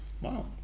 Wow